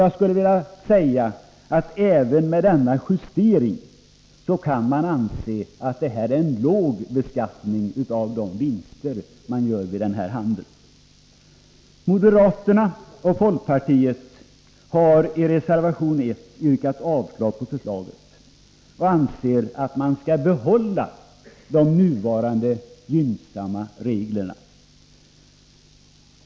Jag skulle vilja säga att det även med denna justering kan anses vara en låg beskattning av de vinster man gör i samband med den här handeln. Moderata samlingspartiet och folkpartiet har i reservation 1 yrkat avslag på förslaget och anser att man skall behålla de nuvarande gynnsamma reglerna.